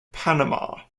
panama